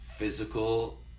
Physical